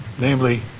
namely